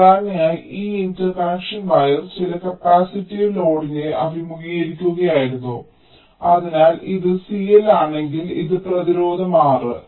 സാധാരണയായി ഈ interconnection wire ചില കപ്പാസിറ്റീവ് ലോഡിനെ അഭിമുഖീകരിക്കുകയായിരുന്നു അതിനാൽ ഇത് CL ആണെങ്കിൽ ഈ പ്രതിരോധം R